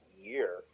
year